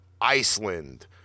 Iceland